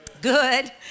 good